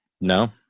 No